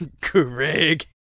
greg